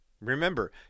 Remember